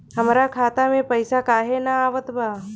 हमरा खाता में पइसा काहे ना आवत बा?